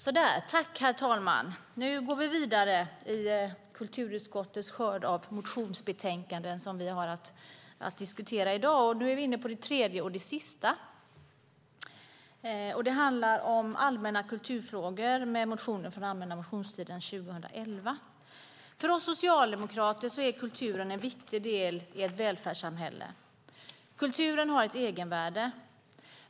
Herr talman! Vi går vidare i kulturutskottets skörd av motionsbetänkanden som vi i dag har att debattera. Nu är vi inne på det tredje och sista kulturbetänkandet i dag. I betänkandet Allmänna kulturfrågor behandlas motioner från allmänna motionstiden 2011. För oss socialdemokrater är kulturen en viktig del i ett välfärssamhälle. Kulturen har ett egenvärde.